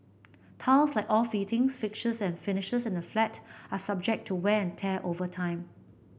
tiles like all fittings fixtures and finishes in a flat are subject to wear and tear over time